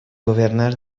governar